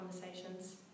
conversations